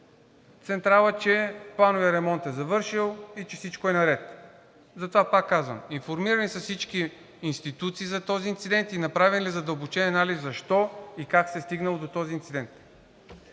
централа, че плановият ремонт е завършил и че всичко е наред. Затова пак казвам: информирани ли са всички институции за този инцидент и направен ли е задълбочен анализ защо и как се е стигнало до този инцидент?